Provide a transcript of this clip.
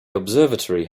observatory